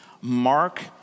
Mark